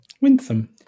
Winsome